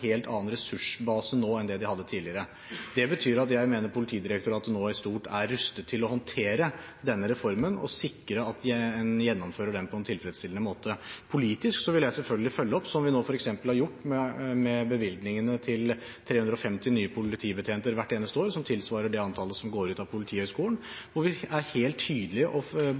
helt annen ressursbase nå enn det de hadde tidligere. Det betyr at jeg mener Politidirektoratet i stort nå er rustet til å håndtere denne reformen og sikre at en gjennomfører den på en tilfredsstillende måte. Politisk vil jeg selvfølgelig følge opp, som vi nå har gjort, f.eks. med bevilgninger til 350 nye politibetjenter hvert eneste år, som tilsvarer det antallet som går ut av Politihøgskolen.